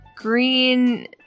green